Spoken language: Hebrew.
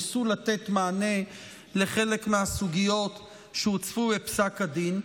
ניסו לתת מענה לחלק מהסוגיות שהוצפו בפסק הדין,